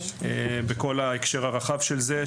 בכל ההקשר הרחב של זה,